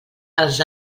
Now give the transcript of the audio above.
als